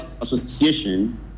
Association